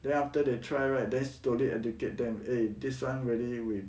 then after they try right then slowly educate them eh this [one] really with